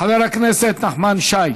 חבר הכנסת נחמן שי.